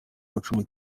gucunga